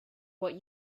what